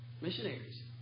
missionaries